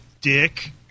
Dick